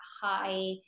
high